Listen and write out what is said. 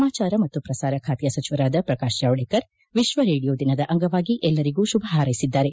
ಸಮಾಚಾರ ಮತ್ತು ಪ್ರಸಾರ ಖಾತೆಯ ಸಚಿವರಾದ ಪ್ರಕಾರ್ ಜಾವಡೇಕರ್ ವಿಶ್ವ ರೇಡಿಯೋ ದಿನದ ಅಂಗವಾಗಿ ಎಲ್ಲರಿಗೂ ಶುಭ ಪಾರೈಸಿದ್ದಾರೆ